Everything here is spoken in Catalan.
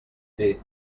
dir